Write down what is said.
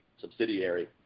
subsidiary